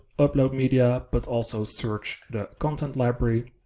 upload media, but also search the content library.